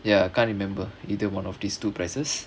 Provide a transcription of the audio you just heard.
ya can't remember either one of these two prices